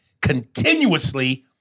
Continuously